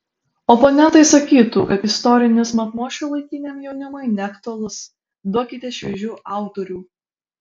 oponentai sakytų kad istorinis matmuo šiuolaikiniam jaunimui neaktualus duokite šviežių autorių